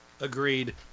Agreed